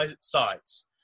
sides